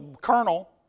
colonel